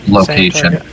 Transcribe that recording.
location